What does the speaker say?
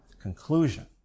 conclusion